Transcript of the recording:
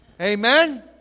Amen